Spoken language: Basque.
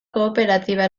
kooperatiba